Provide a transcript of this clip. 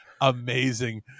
amazing